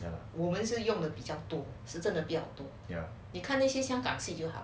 我们是用的比较多是真的比较多你看那些香港戏就好